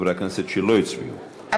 חברי הכנסת שלא הצביעו.